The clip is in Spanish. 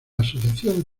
asociación